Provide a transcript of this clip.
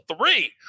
three